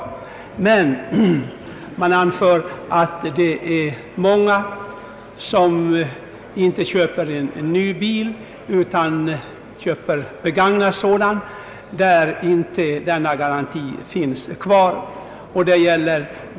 Motionärerna framhåller emellertid att det är många som inte köper en ny bil utan köper en begagnad sådan, för vilken denna garanti inte längre gäller.